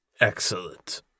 Excellent